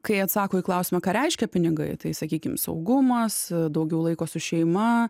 kai atsako į klausimą ką reiškia pinigai tai sakykim saugumas daugiau laiko su šeima